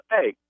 Hey